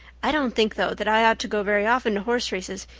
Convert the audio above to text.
i don't think, though, that i ought to go very often to horse races,